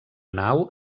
nau